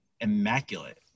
immaculate